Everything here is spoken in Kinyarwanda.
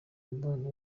mubano